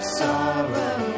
sorrow